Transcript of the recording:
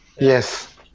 yes